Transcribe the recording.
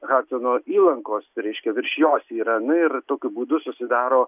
hadsono įlankos reiškia virš jos yra nu ir tokiu būdu susidaro